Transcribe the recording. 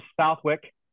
Southwick